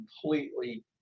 completely